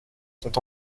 sont